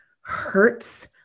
hurts